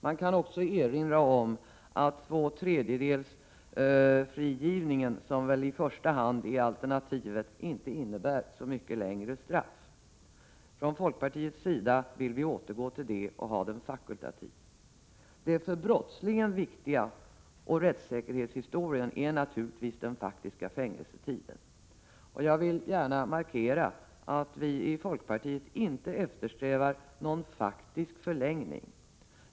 Man kan också erinra om att frigivningen efter det att två tredjedelar av strafftiden har avtjänats, som väl i första hand är alternativet, inte innebär så mycket längre straff. Folkpartiet vill återgå till denna typ av frigivning och ha den fakultativt. Det för brottslingen och för rättssäkerhetshistorien viktiga är naturligtvis den faktiska fängelsetiden. Och jag vill gärna markera att vi i folkpartiet inte eftersträvar någon faktisk förlängning av fängelsetiden.